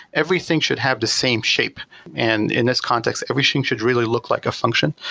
everything should have the same shape and in this context, everything should really look like a function.